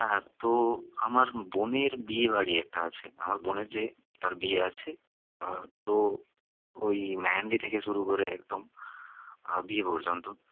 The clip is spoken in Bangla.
হ্যাঁ তো আমার বোনের বিয়েবাড়ি একটা আছে আমার বোনের যে তার বিয়ে আছে তো ওই মেহেন্দি থেকে শুরু করে একদম বিয়ে পর্যন্ত